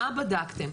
מה בדקתם.